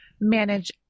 manage